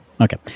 Okay